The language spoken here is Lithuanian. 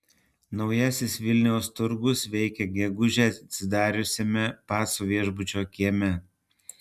naujasis vilniaus turgus veikia gegužę atsidariusiame pacų viešbučio kieme